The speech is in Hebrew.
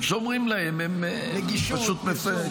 וכשאומרים להם, הם פשוט -- נגישות, פרסום.